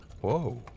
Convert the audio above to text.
Whoa